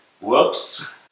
Whoops